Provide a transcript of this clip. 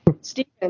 Stephen